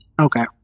Okay